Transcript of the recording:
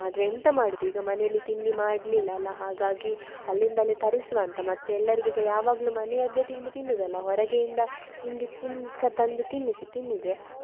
ಆದರೆ ಎಂತ ಮಾಡೋದ್ ಈಗ ಮನೆಯಲ್ಲಿ ತಿಂಡಿ ಮಾಡಲಿಲ್ಲಲ ಹಾಗಾಗಿ ಅಲ್ಲಿಂದಲೆ ತರಿಸುವ ಅಂತ ಮತ್ತು ಎಲ್ಲರಿಗೆ ಸಹ ಯಾವಾಗಲು ಮನೆಯದ್ದೆ ತಿಂಡಿ ತಿನ್ನೋದಲ ಹೊರಗೆಯಿಂದ ತಿಂಡಿ ತಿನ್ಕ ತಂದು ತಿನ್ನಿಸಿ ತಿಂದ್ರೆ